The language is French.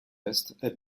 est